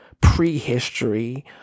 pre-history